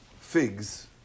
figs